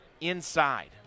inside